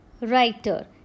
Writer